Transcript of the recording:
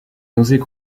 nausées